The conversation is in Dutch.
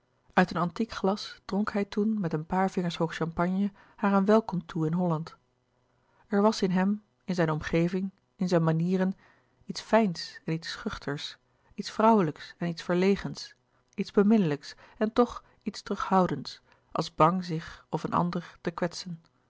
uit een antiek glas dronk hij toen met een paar vingers hoog champagne haar een welkom toe in holland er was in hem in zijn omgeving in zijn manieren iets fijns en iets schuchters iets vrouwelijks en iets verlegens iets beminnelijks en toch iets terughoudends als bang zich of een ander te kwetsen